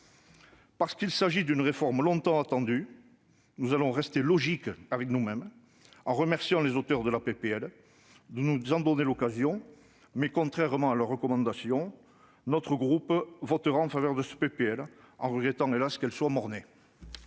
Parce qu'il s'agit d'une réforme longtemps attendue, nous allons rester logiques avec nous-mêmes. En remerciant les auteurs de ce texte de nous en donner l'occasion, mais contrairement à leurs recommandations, notre groupe votera donc en faveur de cette PPL, en regrettant, hélas, qu'elle soit mort-née.